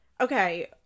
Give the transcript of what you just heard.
Okay